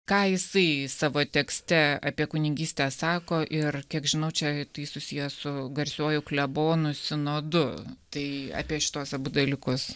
ką jisai savo tekste apie kunigystę sako ir kiek žinau čia tai susiję su garsiuoju klebonų sinodu tai apie šituos abu dalykus